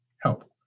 help